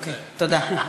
אוקיי, תודה.